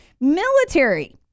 Military